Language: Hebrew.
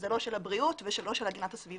שזה לא של הבריאות ולא של הגנת הסביבה,